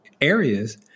areas